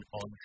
on